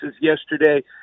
yesterday